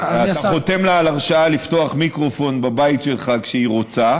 אתה חותם לה על הרשאה לפתוח מיקרופון בבית שלך כשהיא רוצה,